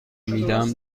میدهم